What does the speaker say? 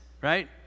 right